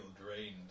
drained